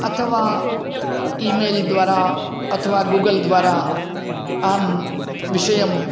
अथवा email द्वारा अथवा गूगल् द्वारा अहं विषयम्